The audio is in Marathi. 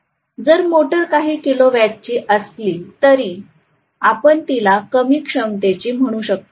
जर मोटर काही किलोवॅटची असली तरी आपण तिला कमी क्षमतेची म्हणू शकतो